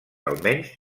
almenys